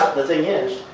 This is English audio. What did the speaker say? the thing is,